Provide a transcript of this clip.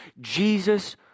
Jesus